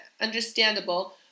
Understandable